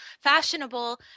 fashionable